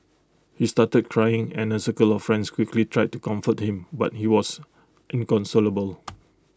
he started crying and A circle of friends quickly tried to comfort him but he was inconsolable